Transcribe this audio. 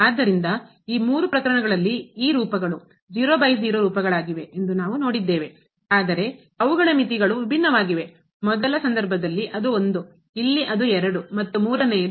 ಆದ್ದರಿಂದ ಈ ಮೂರು ಪ್ರಕರಣಗಳಲ್ಲಿ ಈ ರೂಪಗಳು ರೂಪಗಳಾಗಿವೆ ಎಂದು ನಾವು ನೋಡಿದ್ದೇವೆ ಆದರೆ ಅವುಗಳ ಮಿತಿಗಳು ವಿಭಿನ್ನವಾಗಿವೆ ಮೊದಲ ಸಂದರ್ಭದಲ್ಲಿ ಅದು ಇಲ್ಲಿ ಅದು ಮತ್ತು ಮೂರನೆಯದು